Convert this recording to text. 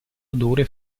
odore